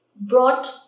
brought